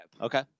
Okay